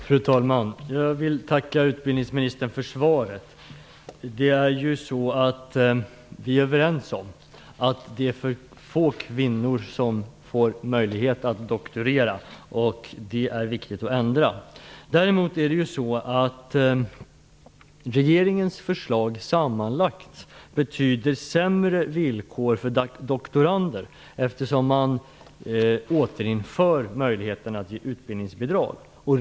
Fru talman! Jag vill tacka utbildningsministern för svaret. Vi är överens om att det är för få kvinnor som får möjlighet att doktorera, och det är viktigt att ändra på det. Däremot innebär regeringens förslag sammanlagt sämre villkor för doktorander, eftersom man återinför möjligheten att ge utbildningsbidrag.